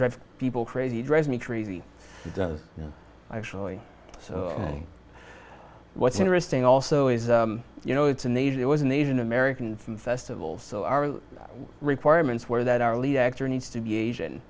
drive people crazy drives me crazy actually so what's interesting also is you know it's an age it was an asian american from festival so our requirements were that our lead actor needs to be a